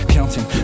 Counting